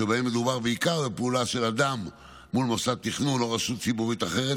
שבהם מדובר בעיקר על פעולה של אדם מול מוסד תכנון או רשות ציבורית אחרת,